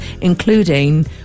including